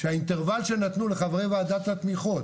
שהאינטרוול שנתנו לחברי ועדת התמיכות